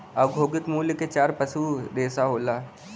औद्योगिक मूल्य क चार पसू रेसा होला